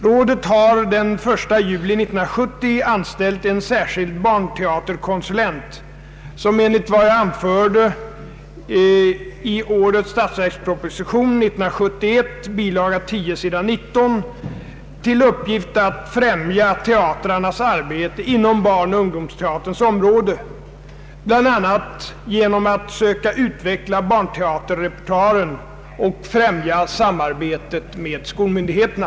Rådet har den 1 juli 1970 anställt en särskild barnteaterkonsulent som enligt vad jag anförde i årets statsverksproposition har till uppgift att främja teatrarnas arbete inom barnoch ungdomsteaterns område, bl.a. genom att söka utveckla = barnteaterrepertoaren och främja samarbetet med skolmyndigheterna.